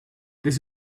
this